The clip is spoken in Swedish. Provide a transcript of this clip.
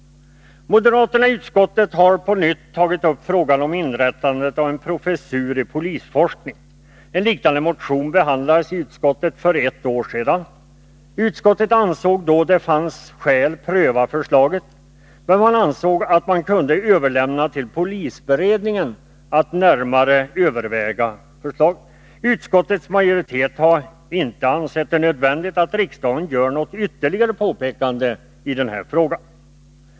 Moderaterna i utskottet har på nytt tagit upp frågan om inrättandet av en professur i polisforskning. En liknande motion behandlades i utskottet för ett år sedan. Utskottet ansåg då att det fanns skäl att pröva förslaget och menade att det kunde överlämnas till polisberedningen för närmare övervägande. Utskottets majoritet har inte ansett det nödvändigt att riksdagen gör något ytterligare påpekande i denna fråga.